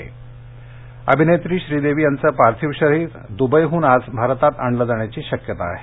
श्रीदेवी अभिनेत्री श्री देवी यांचं पार्थिव शरीर दुबईहून आज भारतात आणलं जाण्याची शक्यता आहे